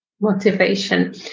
Motivation